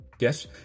Yes